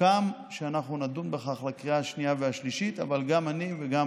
סוכם שאנחנו נדון בכך בקריאה השנייה והשלישית אבל גם אני וגם